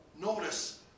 notice